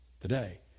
today